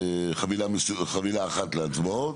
חבילה אחת להצבעות.